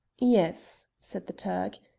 yes, said the turk,